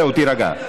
זהו, תירגע.